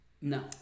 No